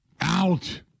out